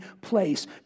place